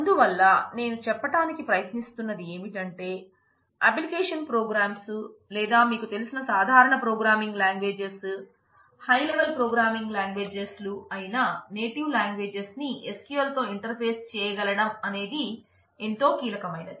అందువల్ల నేను చెప్పటానికి ప్రయత్నిస్తున్నది ఏమిటంటే అప్లికేషన్ ప్రోగ్రామ్ లు చేయగలగడం అనేది ఎంతో కీలకమైనది